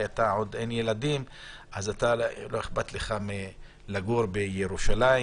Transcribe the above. כשעוד אין ילדים לא אכפת לך לגור בירושלים,